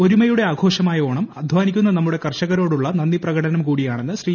ഒരുമയുടെ ആഘോഷമായ ഓണം അദ്ധാനിക്കുന്ന നമ്മുടെ കർഷകരോട്ടൂള്ള നന്ദി പ്രകടനം കൂടിയാണെന്ന് ശ്രീ